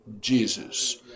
Jesus